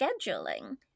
scheduling